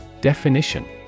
Definition